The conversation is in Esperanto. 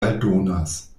aldonas